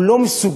הוא לא מסוגל,